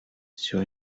sur